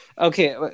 Okay